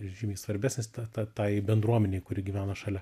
žymiai svarbesnis ta ta tai bendruomenei kuri gyvena šalia